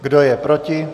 Kdo je proti?